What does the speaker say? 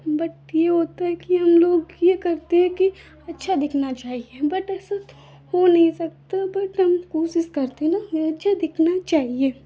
but यह होता है कि हमलोग यह करते हैं कि अच्छा दिखना चाहिए बट ऐसा हो नहीं सकता बट हम कोशिश करते हैं ना कि अच्छा दिखना चाहिए